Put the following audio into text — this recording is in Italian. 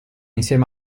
insieme